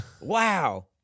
Wow